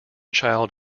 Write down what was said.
child